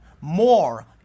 more